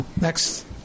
Next